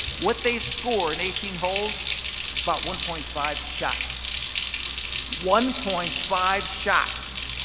what they score in eighteen holes, it's about one point five shots one point five shots.